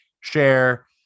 share